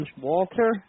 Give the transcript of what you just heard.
Walter